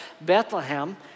Bethlehem